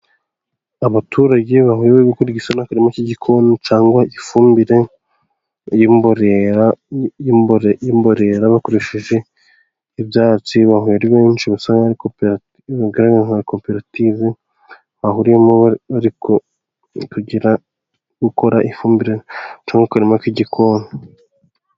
Abaturage bahujwe no gukora akarima k'igikoni cyangwa ifumbire y'imborera, bakoresheje ibyatsi, bahuye ari benshi basa nk'aho ari koperative bahuriyemo bari gukora ifumbire, cyangwa akarima k'igikoni.